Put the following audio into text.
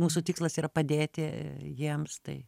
mūsų tikslas yra padėti jiems tai